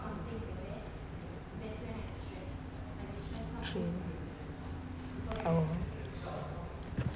true oh